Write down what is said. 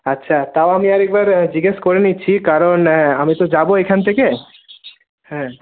আচ্ছা তাও আমি আর একবার জিজ্ঞেস করে নিচ্ছি কারণ আমি তো যাব এইখান থেকে হ্যাঁ